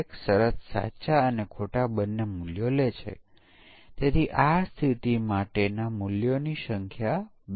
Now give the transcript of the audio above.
હવે આપણું ફંક્શન ત્રિકોણના પ્રકારને ફક્ત લખે છે જે આઇસોસીલ્સ સ્કેલિન અને સમકાલીન છે